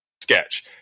sketch